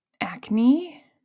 acne